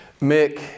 Mick